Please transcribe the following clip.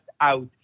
out